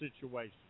situation